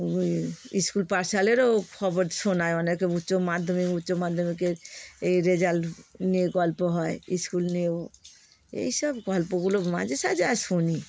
ওই স্কুল পাঠশালারও খবর শোনায় অনেকে উচ্চ মাধ্যমিক উচ্চ মাধ্যমিকে এই রেজাল্ট নিয়ে গল্প হয় স্কুল নিয়েও এইসব গল্পগুলো মাঝেসাঝে আর শুনি